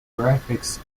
graphics